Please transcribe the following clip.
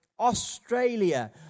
Australia